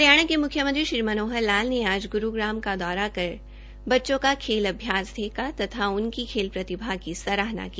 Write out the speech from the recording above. हरियाणा के मुख्यमंत्री श्री मनोहरलाल ने आज गुरुग्राम का दौरा कर बच्चों का खेल अभ्यास देखा तथा उनकी खेल प्रतिभा की सराहना की